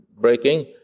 breaking